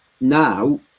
Now